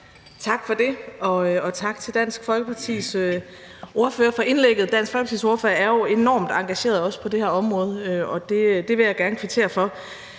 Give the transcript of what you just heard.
Tak for det. Og tak til Dansk Folkepartis ordfører for indlægget. Dansk Folkepartis ordfører er jo enormt engageret, også på det her område, og det vil jeg gerne kvittere for.